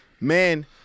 man